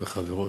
וחברות,